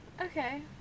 okay